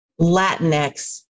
Latinx